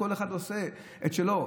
כל אחד עושה את שלו.